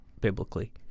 biblically